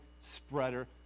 spreader